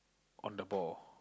on the ball